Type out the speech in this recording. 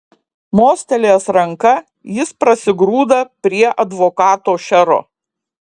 mostelėjęs ranka jis prasigrūda prie advokato šero